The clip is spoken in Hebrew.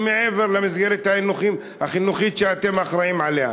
מעבר למסגרת החינוכית שאתם אחראים לה.